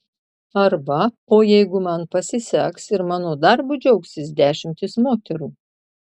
arba o jeigu man pasiseks ir mano darbu džiaugsis dešimtys moterų